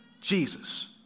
Jesus